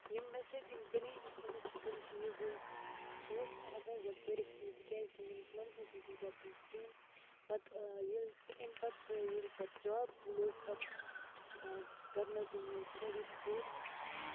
یِم مےٚ سۭتۍ یِم چَلینٛجِز گٔمٕتۍ چھِ تِم چھِ یہِ زِ بہٕ اوسُس نہٕ ہیٚکان گۄڈٕ پٔرِتھ کِہیٖنۍ تہِ کیٛازِکہِ میٛٲنِس مٲلِس ٲسۍ نہٕ تیٖتیٛاہ پونٛسہٕ کِہیٖنۍ پَتہٕ ییٚلہِ تہِ ایٚمہِ پَتہٕ سُہ ییٚلہِ پَتہٕ جاب سُہ لوٚگ پَتہٕ کَرنٲو تٔمۍ میٛٲنۍ سٕٹَڈی تہِ پوٗرٕ